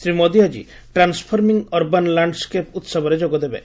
ଶ୍ରୀ ମୋଦି ଆକି 'transforming urban landscape' ଉହବରେ ଯୋଗଦେବେ